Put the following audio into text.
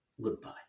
goodbye